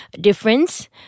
difference